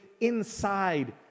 inside